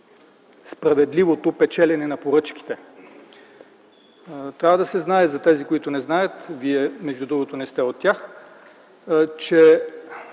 справедливото печелене на поръчките. Трябва да се знае – за тези, които не знаят, Вие, между другото, не сте от тях, че